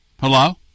Hello